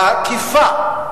העקיפה,